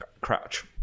crouch